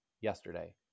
yesterday